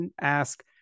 ask